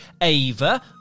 ava